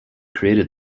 created